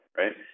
right